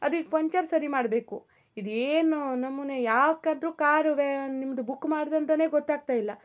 ಅದೀಗ ಪಂಚರ್ ಸರಿ ಮಾಡಬೇಕು ಇದೇನು ನಮೂನೆ ಯಾಕಾದರೂ ಕಾರು ನಿಮ್ದು ಬುಕ್ ಮಾಡಿದೆ ಅಂತ ಗೊತ್ತಾಗ್ತಾಯಿಲ್ಲ